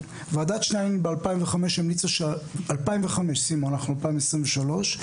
ועדת שיינין ב-2005 המליצה, אנחנו 2023,